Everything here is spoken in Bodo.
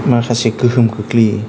माखासे गोहोम खोख्लैयो